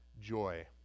joy